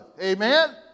Amen